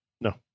No